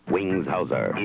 Wingshauser